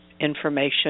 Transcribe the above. information